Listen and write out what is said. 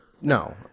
No